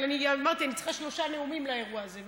אבל אמרתי שאני צריכה שלושה נאומים לאירוע הזה,